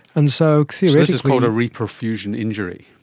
and so this is called a reperfusion injury.